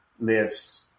lives